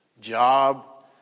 job